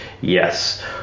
Yes